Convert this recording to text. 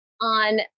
on